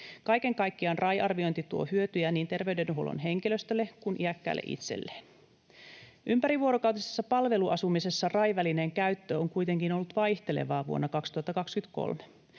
Kaiken kaikkiaan RAI-arviointi tuo hyötyjä niin terveydenhuollon henkilöstölle kuin iäkkäälle itselleen. Ympärivuorokautisessa palveluasumisessa RAI-välineen käyttö on kuitenkin ollut vaihtelevaa vuonna 2023.